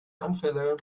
anfälle